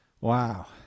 Wow